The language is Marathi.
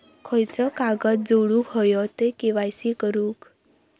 खयचो कागद जोडुक होयो के.वाय.सी करूक?